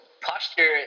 posture